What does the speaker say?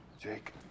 Jake